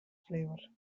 favor